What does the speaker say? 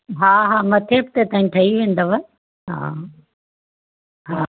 हा हा मथें हफ़्ते ताईं ठई वेंदव हा हा